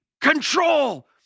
Control